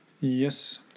Yes